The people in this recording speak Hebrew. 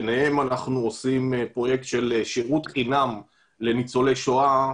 ביניהם אנחנו עושים פרויקט של שירות חינם לניצולי שואה,